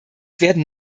werden